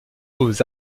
aux